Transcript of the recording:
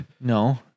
No